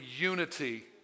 unity